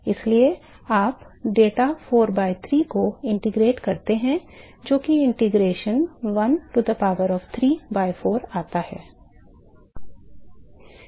इसलिए आप data 4 by 3 को एकीकृत करते हैं जो कि integration l to the power of 3 by four आता है